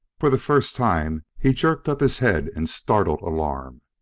for the first time he jerked up his head in startled alarm.